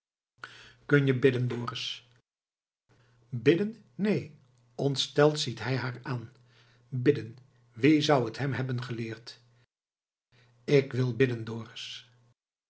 kun je bidden dorus bidden neen ontsteld ziet hij haar aan bidden wie zou t hem hebben geleerd ik wil